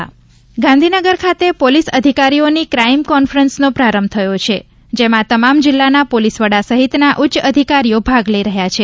Gandhinagar crime conference Gandhinagar ખાતે police અધિકારીઓની crime કોન્ફરન્સનો પ્રારંભ થયો છે જેમાં તમામ જિલ્લાના પોલીસ વડા સહિતના ઉચ્ચ અધિકારીઓ ભાગ લઇ રહ્યાં છે